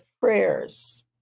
prayers